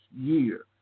year